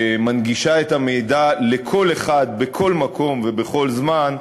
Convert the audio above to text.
שמנגישה את המידע לכל אחד בכל מקום ובכל זמן,